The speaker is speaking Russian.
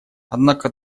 однако